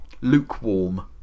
Lukewarm